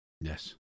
yes